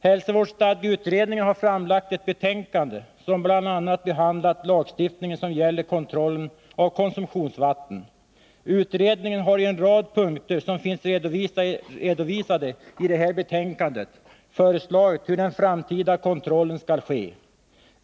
Hälsovårdsstadgeutredningen har framlagt ett betänkande, som bl.a. behandlat lagstiftningen som gäller kontrollen av konsumtionsvatten. Utredningen har i en rad punkter, som finns redovisade i det här betänkandet, föreslagit hur den framtida kontrollen skall ske.